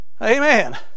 Amen